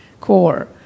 core